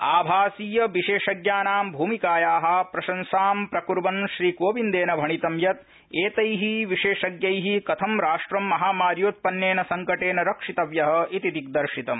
आभासीय विशेषज्ञानां भूमिकाया प्रशसां प्रकुर्वन् श्रीकोविंदेन भणितं यत् तै विशेषज्ञ कथं राष्ट्र महामार्योत्पन्नेन संकटेन रक्षितव्य इति दिग्दर्शितम्